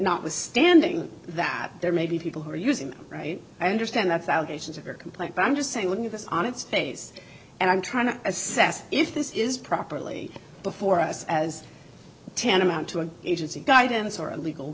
notwithstanding that there may be people who are using right i understand that salvations of your complaint but i'm just saying this on its face and i'm trying to assess if this is properly before us as tantamount to an agency guidance or a legal